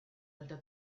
alta